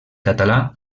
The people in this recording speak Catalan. català